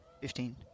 Fifteen